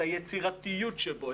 את היצירתיות שבו,